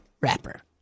rapper